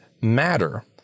matter